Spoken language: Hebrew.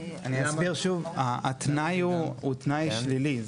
אני אסביר שוב: התנאי הוא תנאי שלילי,